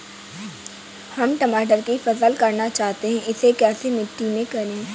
हम टमाटर की फसल करना चाहते हैं इसे कैसी मिट्टी में करें?